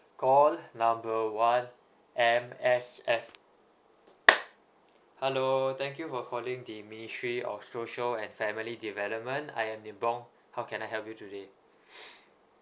call number one M_S_F hello thank you for calling the ministry of social and family development I am nibong how can I help you today